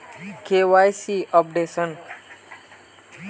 KYC updation?